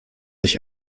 ich